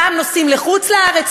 גם נוסעים לחוץ-לארץ,